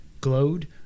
glowed